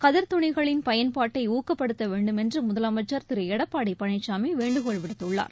கதர் துணிகளின் பயன்பாட்டை ஊக்கப்படுத்த வேண்டுமென்று முதலமைச்சர் திரு எடப்பாடி பழனிசாமி வேண்டுகோள் விடுத்துள்ளார்